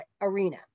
arena